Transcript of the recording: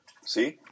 See